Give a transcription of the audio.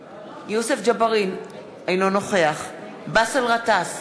אינו נוכח באסל גטאס,